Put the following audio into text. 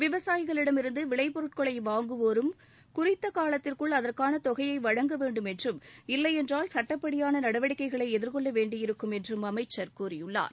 விவசாயிகளிடமிருந்து விளைப் பொருட்களை வாங்குவோரும் குறித்த காலத்திற்குள் அதற்கான தொகையை வழங்க வேண்டும் என்றும் இல்லையென்றால் சுட்டப்படியான நடவடிக்கைகளை எதிர்கொள்ள வேண்டியிருக்கும் என்றும் அமைச்சர் கூறியுள்ளார்